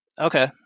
Okay